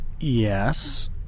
Yes